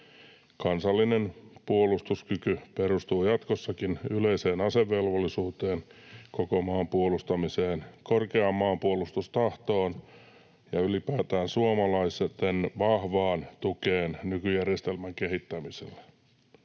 Kansallinen puolustuskyky perustuu jatkossakin yleiseen asevelvollisuuteen, koko maan puolustamiseen, korkeaan maanpuolustustahtoon ja ylipäätään suomalaisten vahvaan tukeen nykyjärjestelmän kehittämiselle.